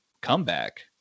comeback